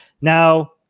Now